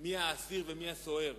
מי האסיר ומי הסוהר,